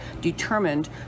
determined